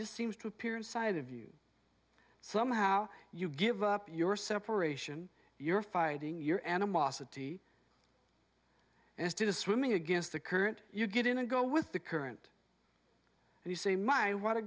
just seems to appear inside of you somehow you give up your separation your fighting your animosity as to swimming against the current you get in and go with the current and you say my what a